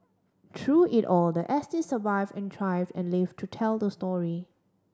through it all the S T survived and thrived and lived to tell the story